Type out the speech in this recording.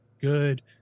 good